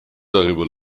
darüber